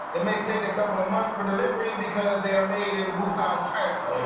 it may take a couple months for delivery, because they're made in wuhan, china.